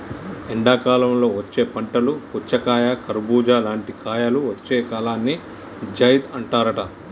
ఎండాకాలంలో వచ్చే పంటలు పుచ్చకాయ కర్బుజా లాంటి కాయలు వచ్చే కాలాన్ని జైద్ అంటారట